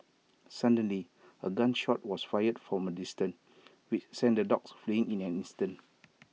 suddenly A gun shot was fired from A distance which sent the dogs fleeing in an instant